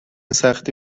سختی